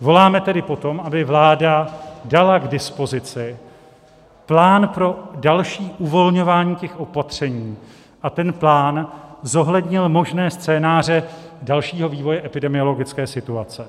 Voláme tedy po tom, aby vláda dala k dispozici plán pro další uvolňování těch opatření a ten plán zohlednil možné scénáře dalšího vývoje epidemiologické situace.